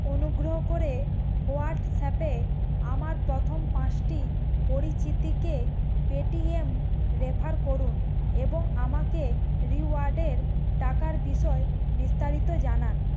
অনুগ্রহ করে হোয়াটস্যাপে আমার প্রথম পাঁচটি পরিচিতিকে পেটিএম রেফার করুন এবং আমাকে রিওয়ার্ডের টাকার বিষয় বিস্তারিত জানান